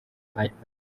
bakirwa